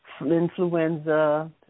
influenza